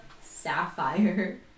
Sapphire